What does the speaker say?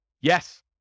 Yes